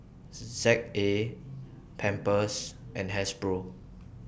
Z A Pampers and Hasbro